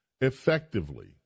Effectively